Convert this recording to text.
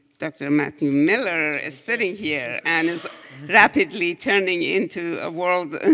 dr. matthew miller, is sitting here and is rapidly turning into a worldwide